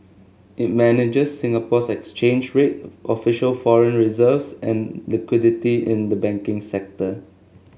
it manages Singapore's exchange rate official foreign reserves and liquidity in the banking sector